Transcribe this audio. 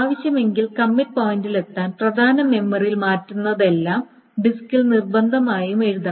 ആവശ്യമെങ്കിൽ കമ്മിറ്റ് പോയിന്റിലെത്താൻ പ്രധാന മെമ്മറിയിൽ മാറ്റുന്നതെല്ലാം ഡിസ്കിൽ നിർബന്ധമായും എഴുതണം